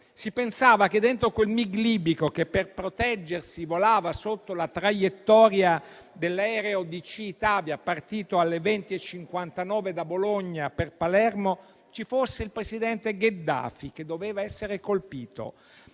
Si pensava che dentro quel Mig libico, che per proteggersi volava sotto la traiettoria dell'aereo DC Itavia, partito alle ore 20,59 da Bologna per Palermo, ci fosse il presidente Gheddafi, che doveva essere colpito.